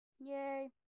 Yay